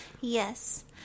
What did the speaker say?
Yes